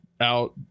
out